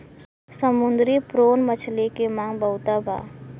समुंदरी प्रोन मछली के मांग बहुत बा